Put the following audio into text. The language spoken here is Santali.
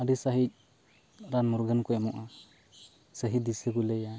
ᱟᱹᱰᱤ ᱥᱟᱹᱦᱤᱡ ᱨᱟᱱ ᱢᱩᱨᱜᱟᱹᱱ ᱠᱚ ᱮᱢᱚᱜᱼᱟ ᱥᱟᱹᱦᱤ ᱫᱤᱥᱟᱹ ᱠᱚ ᱞᱟᱹᱭᱟ